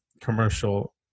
commercial